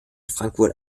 frankfurt